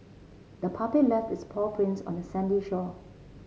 the puppy left its paw prints on the sandy shore